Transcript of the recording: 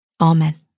Amen